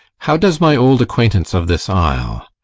how does my old acquaintance of this isle?